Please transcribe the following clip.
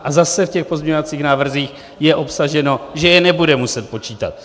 A zase v těch pozměňovacích návrzích je obsaženo, že je nebude muset počítat.